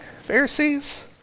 Pharisees